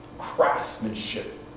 craftsmanship